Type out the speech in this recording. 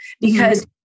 because-